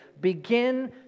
begin